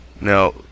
Now